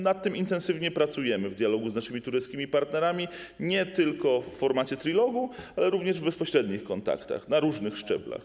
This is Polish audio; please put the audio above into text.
Nad tym intensywnie pracujemy w dialogu z naszymi tureckimi partnerami, nie tylko w formacie trilogu, ale również w bezpośrednich kontaktach na różnych szczeblach.